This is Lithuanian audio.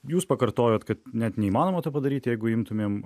jūs pakartojot kad net neįmanoma to padaryti jeigu imtumėm